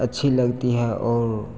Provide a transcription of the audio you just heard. अच्छी लगती है और